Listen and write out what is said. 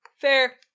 Fair